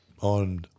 on